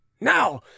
Now